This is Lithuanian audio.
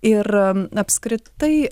ir apskritai